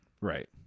Right